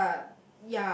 but